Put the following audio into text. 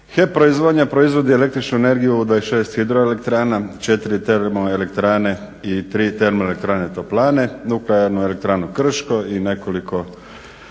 HEP proizvodnja proizvodi električnu energiju u 26 HE, 4 TE i 3 TE toplane, nuklearnu elektranu Krško i nekoliko